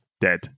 Dead